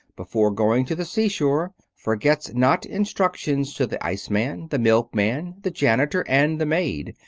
before going to the seashore, forgets not instructions to the iceman, the milkman, the janitor, and the maid.